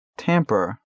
Tamper